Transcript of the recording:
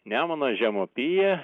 nemuno žemupyje